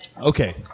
Okay